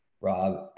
Rob